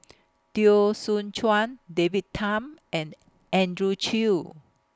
Teo Soon Chuan David Tham and Andrew Chew